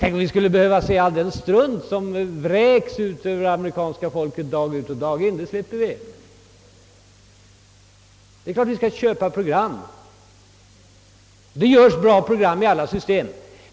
Tänk om vi skulle behöva se all den strunt, som vräks ut över amerikanska folket dag ut och dag in! Dessa program slipper vi nu. Visst skall vi köpa program, och det görs goda program i alla system.